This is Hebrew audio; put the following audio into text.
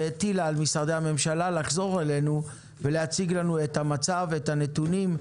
והטילה על משרדי הממשלה לחזור אלינו ולהציג לנו את המצב ואת הנתונים,